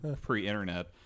pre-internet